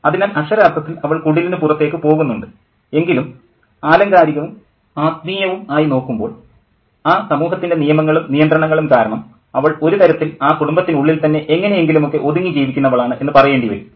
അതിനാൽ അക്ഷരാർത്ഥത്തിൽ അവൾ കുടിലിനു പുറത്തേക്ക് പോകുന്നുണ്ട് എങ്കിലും ആലങ്കാരികവും ആത്മീയവും ആയി നോക്കുമ്പോൾ ആ സമൂഹത്തിൻ്റെ നിയമങ്ങളും നിയന്ത്രണങ്ങളും കാരണം അവൾ ഒരു തരത്തിൽ ആ കുടുംബത്തിനുള്ളിൽ തന്നെ എങ്ങനെയെങ്കിലും ഒക്കെ ഒതുങ്ങി ജീവിക്കുന്നവളാണ് എന്നു പറയേണ്ടി വരും